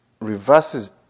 reverses